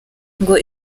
ngo